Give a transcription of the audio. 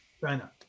China